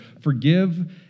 forgive